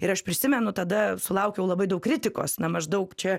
ir aš prisimenu tada sulaukiau labai daug kritikos na maždaug čia